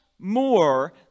More